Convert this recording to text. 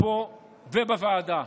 פה ובוועדה.